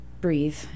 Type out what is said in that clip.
breathe